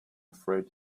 afraid